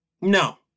No